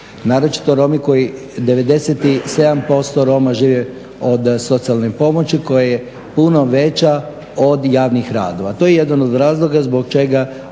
naročito Romi koji 97% Roma živi od socijalne pomoći koja je puno veća od javnih radova. To je jedan od razloga zbog čega